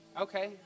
Okay